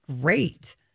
great